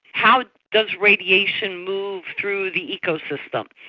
how does radiation move through the ecosystem?